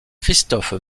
christophe